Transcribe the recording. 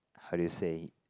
how do you say